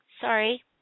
sorry